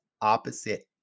opposite